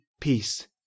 peace